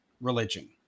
religion